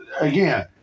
again